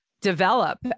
develop